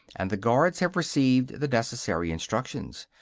and the guards have received the necessary instructions.